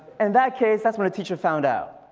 and that case, that's when a teacher found out.